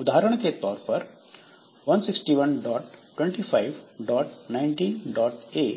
उदाहरण के तौर पर 16125198